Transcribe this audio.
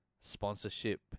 sponsorship